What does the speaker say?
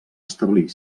establir